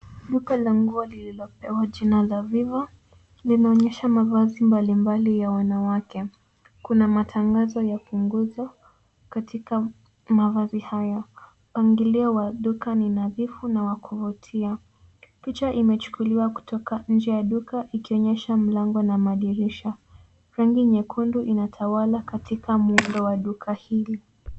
Duka la nguo lililopewa jina la Vivo, linaonyesha mavazi mbalimbali ya wanawake. Kuna matangazo ya punguzo katika mavazi haya. Mpangilio wa duka ni nadhifu na wa kuvutia. Picha imechukuliwa kutoka nje ya duka ikionyesha mlango na madirisha. Rangi nyekundu inatawala katika muundo wa duka hili.